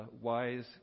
wise